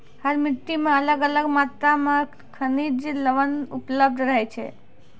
हर मिट्टी मॅ अलग अलग मात्रा मॅ खनिज लवण उपलब्ध रहै छै